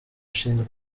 ushinzwe